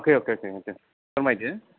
अके फोरमायदो